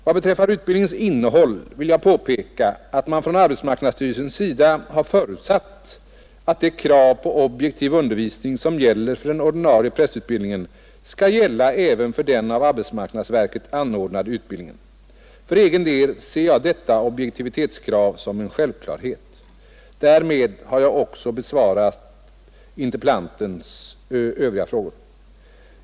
Vad beträffar utbildningens innehåll vill jag påpeka att man från arbetsmarknadsstyrelsens sida har förutsatt att det krav på objektiv undervisning som gäller för den ordinarie prästutbildningen skall gälla även för den av arbetsmarknadsverket anordnade utbildningen. För egen del ser jag detta objektivitetskrav som en självklarhet. Därmed har jag också besvarat interpellantens övriga frågor.